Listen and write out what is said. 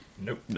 Nope